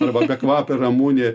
arba bekvapė ramunė